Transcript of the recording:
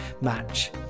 match